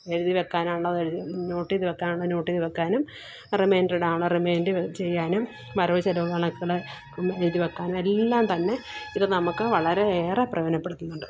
എഴുതിവെക്കാനുള്ളത് എഴുതി നോട്ടെയ്ത് വെക്കാനുള്ളത് നോട്ടെയ്ത് വെക്കാനും റിമൈൻഡറിടാനുള്ളത് റിമൈൻഡ് ചെയ്യാനും വരവ് ചെലവ് കണക്കുകള് എഴുതിവയ്ക്കാനും എല്ലാന്തന്നെ ഇത് നമുക്ക് വളരെയേറെ പ്രയോജനപ്പെടുത്തുന്നുണ്ട്